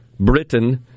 britain